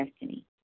destiny